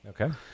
Okay